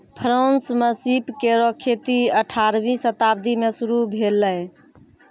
France म सीप केरो खेती अठारहवीं शताब्दी में शुरू भेलै